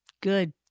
Good